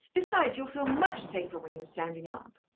besides, you'll feel much safer when you're standing up.